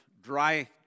dry